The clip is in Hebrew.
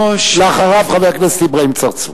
אחריו, חבר הכנסת אברהים צרצור.